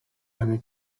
eine